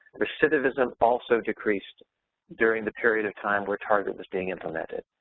recidivism also decreased during the period of time where target was being implemented.